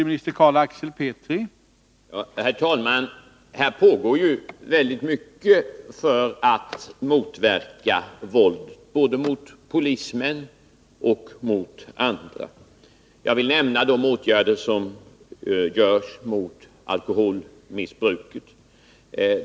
Herr talman! Här pågår ju väldigt mycket arbete för att motverka våld, både mot polismän och mot andra. Jag vill nämna de åtgärder som vidtas mot alkoholmissbruk.